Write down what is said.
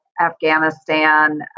afghanistan